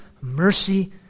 mercy